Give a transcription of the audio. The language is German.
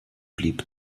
blieb